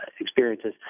experiences